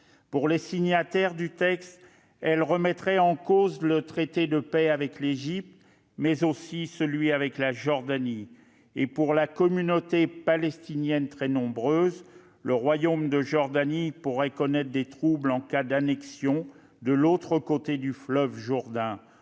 Pour les signataires de ce texte, elle remettrait en cause le traité de paix avec l'Égypte, mais également celui avec la Jordanie. Avec une communauté palestinienne très nombreuse, le Royaume de Jordanie pourrait connaître des troubles en cas d'annexion israélienne de l'autre côté du fleuve Jourdain.